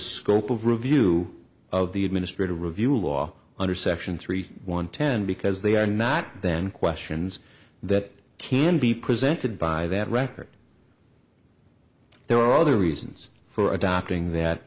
scope of review of the administrative review law under section three one ten because they are not then questions that can be presented by that record there are other reasons for adopting that